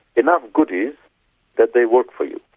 enough goodies that they work for you.